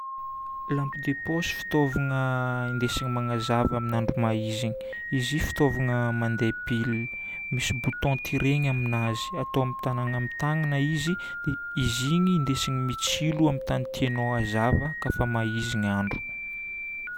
Lampe de poche fitaovagna indesi-magnaza amin'ny andro mahizigny. Izy io fitaovagna mandeha pile. Misy bouton tireny aminazy. Atao amin'ny tagnana amin'ny tagnana izy. Dia izy igny indesigna mitsilo amin'ny tany tianao hazava kafa mahizigny andro.